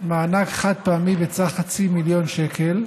מענק חד-פעמי בסך חצי מיליון שקל,